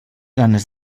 ganes